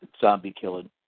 zombie-killing